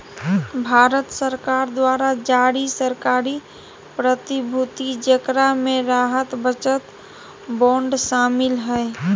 भारत सरकार द्वारा जारी सरकारी प्रतिभूति जेकरा मे राहत बचत बांड शामिल हइ